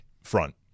Front